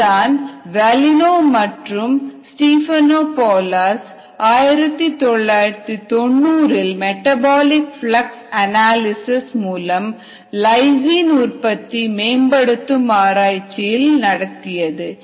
இதுதான் வல்லிநோ மற்றும் ஸ்டீஃபேனோபோலஸ் 1990 இல் மெட்டபாலிக் பிளக்ஸ் அனாலிசிஸ் மூலம் லைசின் உற்பத்தி மேம்படுத்தும் ஆராய்ச்சியில் நடந்தது